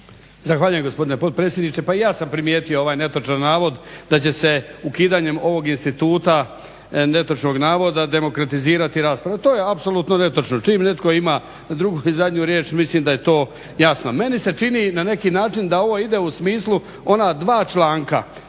Zahvaljujem gospodine potpredsjedniče. Pa i ja sam primijetio ovaj netočan navod da će se ukidanjem ovog instituta netočnog navoda demokratizirati rasprava. To je apsolutno netočno. Čim netko ima drugu i zadnju riječ mislim da je to jasno. Meni se čini na neki način da ovo ide u smislu ona dva članka,